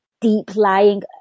deep-lying